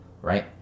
right